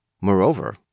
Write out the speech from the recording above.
Moreover